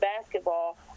basketball